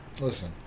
Listen